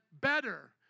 better